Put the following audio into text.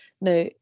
now